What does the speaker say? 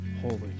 holy